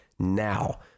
Now